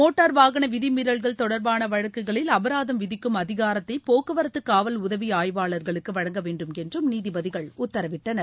motor வாகன விதிமீறல்கள் தொடர்பான வழக்குகளில் அபராதம் விதிக்கும் அதிகாரத்தை போக்குவரத்து காவல் உதவி ஆய்வாளர்களுக்கு வழங்க வேண்டுமென்றும் நீதிபதிகள் உத்தரவிட்டனர்